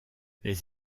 les